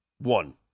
one